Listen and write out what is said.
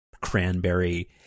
cranberry